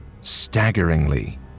staggeringly